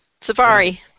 Safari